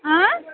ٲں